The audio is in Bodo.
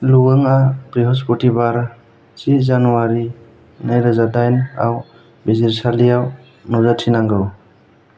लुओंगआ बृहसपुतिबार जि जानुवारि नैरोजा दाइन आव बिजिरसालियाव नुजाथिनांगौ